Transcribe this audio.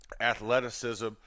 Athleticism